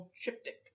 triptych